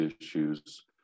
issues